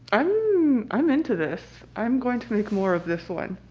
i'm i'm into this i'm going to make more of this one